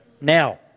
now